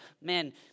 man